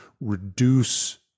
reduce